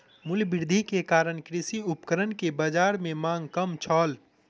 मूल्य वृद्धि के कारण कृषि उपकरण के बाजार में मांग कम छल